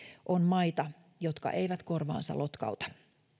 on maita jotka eivät korvaansa lotkauta